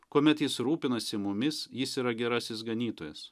kuomet jis rūpinasi mumis jis yra gerasis ganytojas